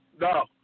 No